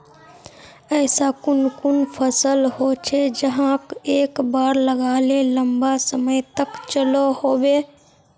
ऐसा कुन कुन फसल होचे जहाक एक बार लगाले लंबा समय तक चलो होबे?